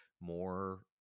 more